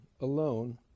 alone